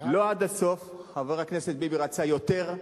לא עד הסוף, חבר הכנסת ביבי רצה יותר,